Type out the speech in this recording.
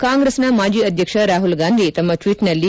ಕಾಂಗ್ರೆಸ್ನ ಮಾಜಿ ಅಧ್ಯಕ್ಷ ರಾಹುಲ್ ಗಾಂಧಿ ತಮ್ಮ ಟ್ವೀಟ್ನಲ್ಲಿ